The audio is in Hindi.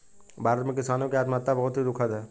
भारत में किसानों की आत्महत्या बहुत ही दुखद है